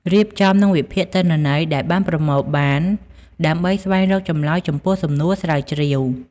រៀបចំ និងវិភាគទិន្នន័យដែលបានប្រមូលបាន ដើម្បីស្វែងរកចម្លើយចំពោះសំណួរស្រាវជ្រាវ។